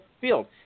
field